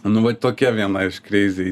nu vat tokia viena iš kreizi